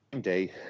day